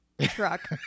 truck